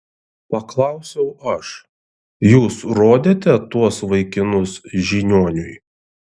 paklausiau aš jūs rodėte tuos vaikinus žiniuoniui